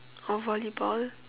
or volleyball